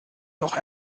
doch